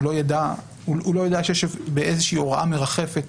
הוא לא יידע שיש איזה שהיא הוראה מרחפת